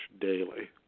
daily